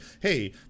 hey